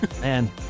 Man